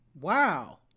Wow